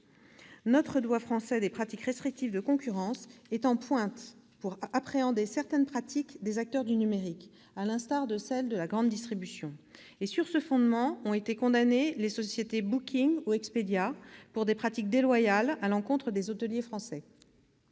Notre droit français des pratiques restrictives de concurrence est en pointe pour appréhender certaines pratiques des acteurs du numérique, à l'instar de celles de la grande distribution. Sur ce fondement ont été condamnées les sociétés Booking et Expedia, pour des pratiques déloyales à l'encontre des hôteliers français.